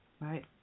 Right